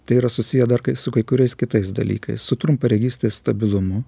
tai yra susiję dar kai su kai kuriais kitais dalykais su trumparegystės stabilumu